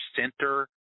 center